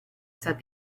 said